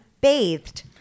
Bathed